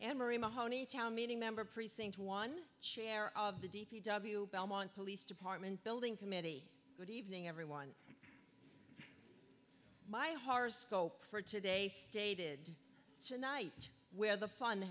and marie mahoney town meeting member precinct one chair of the d p w belmont police department building committee good evening everyone my horoscope for today stated tonight where the fun